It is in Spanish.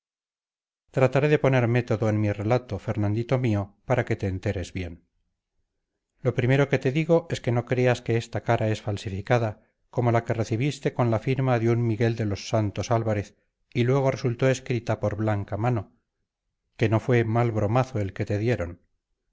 trataré de poner método en mi relato fernandito mío para que te enteres bien lo primero que te digo es que no creas que esta carta es falsificada como la que recibiste con la firma de un miguel de los santos álvarez y luego resultó escrita por blanca mano que no fue mal bromazo el que te dieron